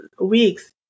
weeks